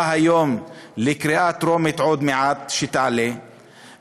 היום לקריאה טרומית ושעוד מעט תעלה,